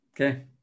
okay